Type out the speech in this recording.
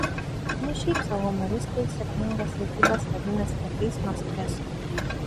ne šiaip sau humoristai sėkmingas vedybas vadina skiepais nuo streso